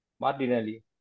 Martinelli